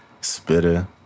Spitter